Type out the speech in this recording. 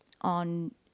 On